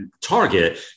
target